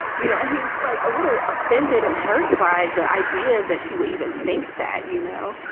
you know? he's like a little offended and hurt by the idea that she would even think that, you know,